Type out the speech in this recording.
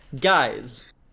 guys